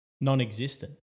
non-existent